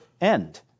end